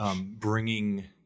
bringing